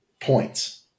points